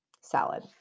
salad